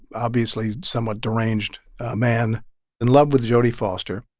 obviously somewhat deranged man in love with jodie foster,